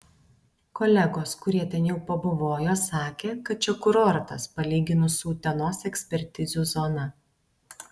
kolegos kurie ten jau pabuvojo sakė kad čia kurortas palyginus su utenos ekspertizių zona